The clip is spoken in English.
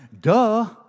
Duh